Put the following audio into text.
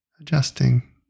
adjusting